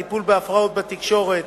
טיפול בהפרעות בתקשורת,